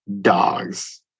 dogs